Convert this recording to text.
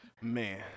Man